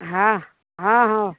हँ हँ हँ